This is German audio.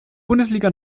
bundesliga